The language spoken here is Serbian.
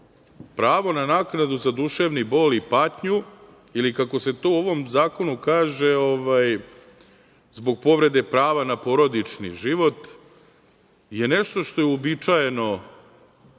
Pravo na naknadu za duševni bol i patnju ili kako se to u ovom zakonu kaže, zbog povrede prava na porodični život, je nešto što je uobičajeno u